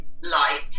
light